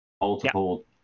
multiple